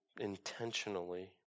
intentionally